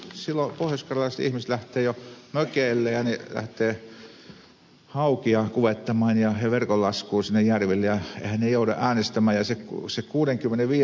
silloin pohjoiskarjalaiset ihmiset lähtevät jo mökeille haukia kuvettamaan ja verkonlaskuun järville eivätkä he jouda äänestämään